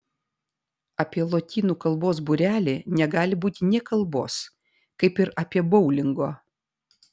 apie lotynų kalbos būrelį negali būti nė kalbos kaip ir apie boulingo